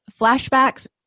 flashbacks